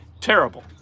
Terrible